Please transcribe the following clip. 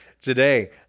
today